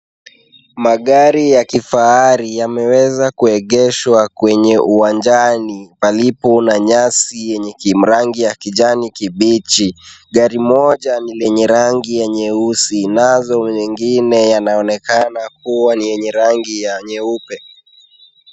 Magari ya kifahari yameweza kuegeshwa uwanjani palipo na nyasi yenye rangi ya kijani kibichi. Gari moja ni la rangi nyeusi nazo nyingine inaonekana kuwa ni yenye ya rangi nyeupe.